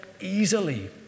easily